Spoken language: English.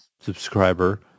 subscriber